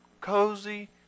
cozy